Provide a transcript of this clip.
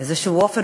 באיזשהו אופן,